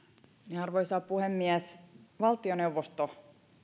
arvoisa puhemies valtioneuvosto